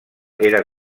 era